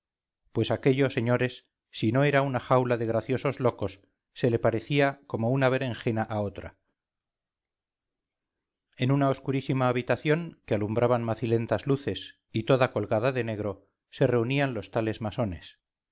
pues aquello señores si no era una jaula de graciosos locos se le parecía como una berenjena a otra en una oscurísima habitación que alumbraban macilentas luces y toda colgada de negro se reunían los tales masones